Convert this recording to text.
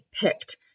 picked